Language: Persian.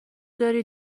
داری